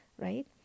right